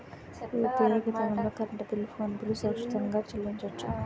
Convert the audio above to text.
UPI విధానంలో current bill phone bill సురక్షితంగా చెల్లించొచ్చు